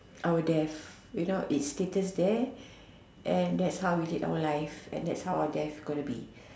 our death if not it status there and that's how we lead our life and that's how are death's gonna be